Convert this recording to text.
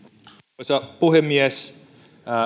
arvoisa puhemies